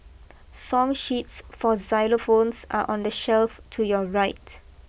song sheets for xylophones are on the shelf to your right